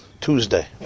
Tuesday